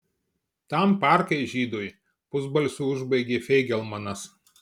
tam parkai žydui pusbalsiu užbaigė feigelmanas